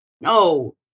No